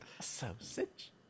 Sausage